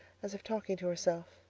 as if talking to herself.